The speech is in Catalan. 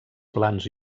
plans